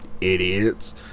idiots